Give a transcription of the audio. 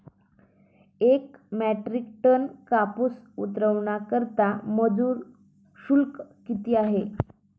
एक metric tonne कापूस उतरवण्याकरता मजूर शुल्क किती आहे?